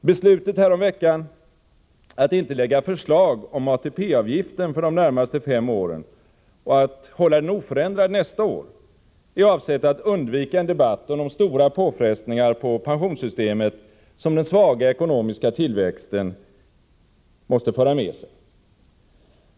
Beslutet häromveckan att inte lägga fram förslag om ATP avgiften för de närmaste fem åren och att hålla den oförändrad nästa år är avsett att undvika en debatt om de stora påfrestningar på pensionssystemet som den svaga ekonomiska tillväxten måste föra med sig.